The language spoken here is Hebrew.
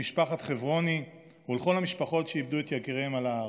למשפחת חברוני ולכל המשפחות שאיבדו את יקיריהן על ההר.